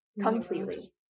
completely